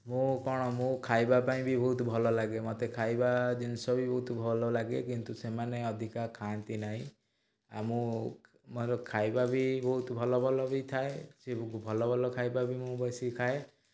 ମୁଁ କ'ଣ ମୁଁ ଖାଇବା ପାଇଁ ବି ବହୁତ ଭଲ ଲାଗେ ମୋତେ ଖାଇବା ଜିନିଷ ବି ବହୁତ ଭଲ ଲାଗେ କିନ୍ତୁ ସେମାନେ ଅଧିକା ଖାଆନ୍ତି ନାହିଁ ଆଉ ମୁଁ ମୋର ଖାଇବା ବି ବହୁତ ଭଲ ଭଲ ହୋଇଥାଏ ସେ ବି ଭଲ ଭଲ ଖାଇବା ବି ମୁଁ ବେଶୀ ଖାଏ